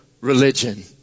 religion